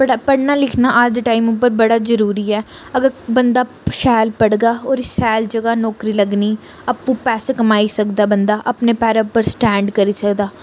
पढ़ पढ़ना लिखना अज्ज दे टैम उप्पर बड़ा जरूरी ऐ अगर बंदा शैल पढ़गा होर शैल जगह् नौकरी लग्गनी आपूं पैसे कमाई सकदा बंदा अपने पैरेंं उप्पर स्टैंड करी सकदा